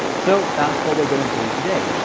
so that's what we're going to do today.